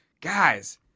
Guys